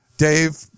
Dave